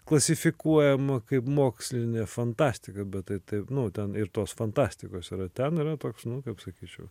klasifikuojama kaip mokslinė fantastika bet tai taip nu ten ir tos fantastikos yra ten yra toks nu kaip sakyčiau